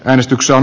äänestyksen